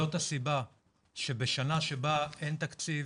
זאת הסיבה שבשנה שבה אין תקציב,